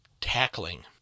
tackling